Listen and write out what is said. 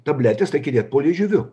tabletes reikia dėt po liežiuviu